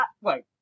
Wait